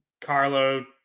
Carlo